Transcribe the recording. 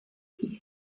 gradient